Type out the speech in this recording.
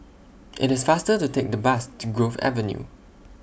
IT IS faster to Take The Bus to Grove Avenue